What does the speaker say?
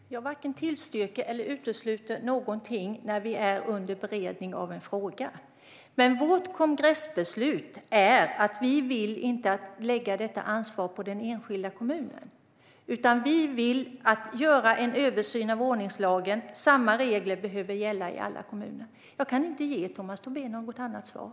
Herr talman! Jag varken tillstyrker eller utesluter någonting när vi är under beredning av en fråga. Men vårt kongressbeslut är att vi inte vill lägga detta ansvar på den enskilda kommunen, utan vi vill göra en översyn av ordningslagen. Samma regler behöver gälla i alla kommuner. Jag kan inte ge Tomas Tobé något annat svar.